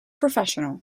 professional